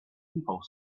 people